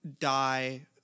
die